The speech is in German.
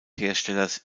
herstellers